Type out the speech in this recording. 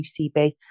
UCB